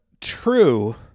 true